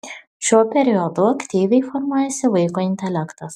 šiuo periodu aktyviai formuojasi vaiko intelektas